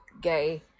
gay